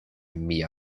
mia